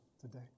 today